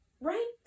right